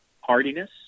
hardiness